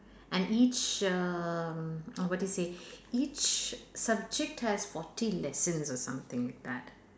and each um uh what they say each subject has fourteen lessons or something like that